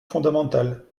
fondamentale